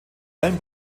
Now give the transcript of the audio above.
allem